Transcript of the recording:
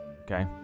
okay